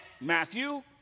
Matthew